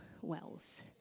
wells